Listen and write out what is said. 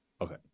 Okay